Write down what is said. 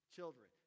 Children